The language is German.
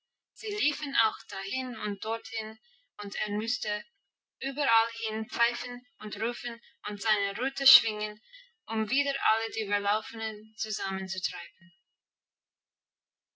sie liefen auch dahin und dorthin und er musste überallhin pfeifen und rufen und seine rute schwingen um wieder alle die verlaufenen zusammenzutreiben